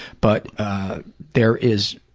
but there is